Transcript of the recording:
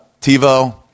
TiVo